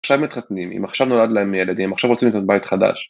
עכשיו מתחתנים אם עכשיו נולד להם ילדים עכשיו רוצים לבנות בית חדש.